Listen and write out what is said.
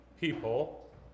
people